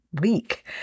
week